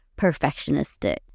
perfectionistic